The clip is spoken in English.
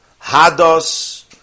Hados